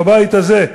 בבית הזה,